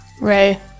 Ray